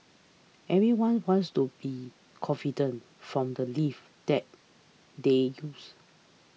everyone wants to be confident from the lifts that they use